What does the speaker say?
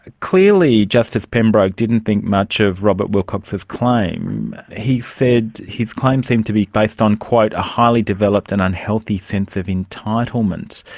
ah clearly justice pembroke didn't think much of robert wilcox's claim. he said his claim seemed to be based on a highly developed and unhealthy sense of entitlement.